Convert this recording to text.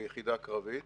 ביחידה קרבית,